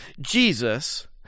Jesus